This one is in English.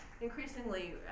increasingly